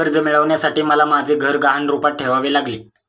कर्ज मिळवण्यासाठी मला माझे घर गहाण रूपात ठेवावे लागले